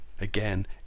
Again